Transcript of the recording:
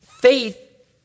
Faith